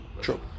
true